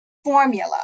formula